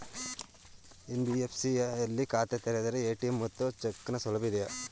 NBFC ಯಲ್ಲಿ ಖಾತೆ ತೆರೆದರೆ ಎ.ಟಿ.ಎಂ ಮತ್ತು ಚೆಕ್ ನ ಸೌಲಭ್ಯ ಇದೆಯಾ?